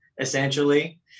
essentially